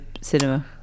cinema